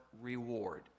reward